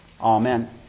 Amen